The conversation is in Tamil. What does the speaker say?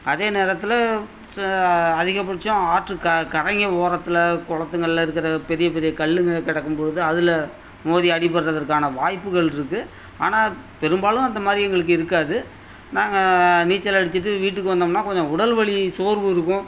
அதே நேரத்தில் சா அதிகபட்சம் ஆற்று க கரைங்கள் ஓரத்தில் குளத்துங்கள்ல இருக்கிற பெரிய பெரிய கல்லுங்கள் கிடக்கும்பொழுது அதில் மோதி அடிப்படுறதுக்கான வாய்ப்புகள் இருக்குது ஆனால் பெரும்பாலும் அந்தமாதிரி எங்களுக்கு இருக்காது நாங்கள் நீச்சல் அடிச்சிட்டு வீட்டுக்கு வந்தோம்ன்னால் கொஞ்சம் உடல்வலி சோர்வு இருக்கும்